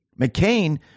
McCain